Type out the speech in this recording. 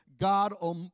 God